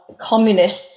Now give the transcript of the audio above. Communists